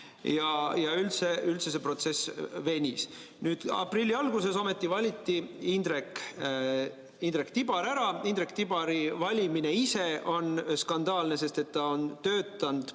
ja üldse see protsess venis. Nüüd aprilli alguses ometi valiti Indrek Tibar ära. Indrek Tibari valimine ise on skandaalne, sest ta on pikalt